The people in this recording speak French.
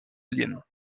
aliens